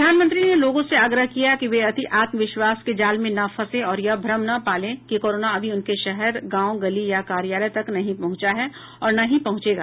प्रधानमंत्री ने लोगों से आग्रह किया कि वे अति आत्म विश्वास के जाल में न फंसें और यह भ्रम न पालें कि कोरोना अभी उनके शहर गांव गली या कार्यालय तक नहीं पहुंचा है और न ही पहुंचेगा